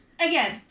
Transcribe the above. again